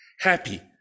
Happy